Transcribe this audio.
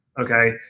Okay